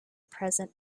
present